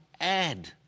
add